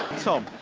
tom,